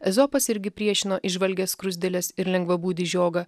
ezopas irgi priešino įžvalgęs skruzdėles ir lengvabūdį žiogą